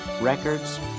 records